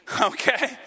Okay